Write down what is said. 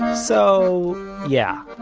um so yeah,